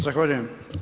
Zahvaljujem.